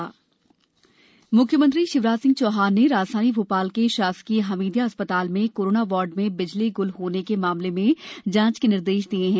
हमीदिया जांच म्ख्यमंत्री शिवराज सिंह चौहान ने राजधानी भोपाल के शासकीय हमीदिया अस्पताल में कोरोना वार्ड बिजली ग्रल मामले में जांच के निर्देश दिए हैं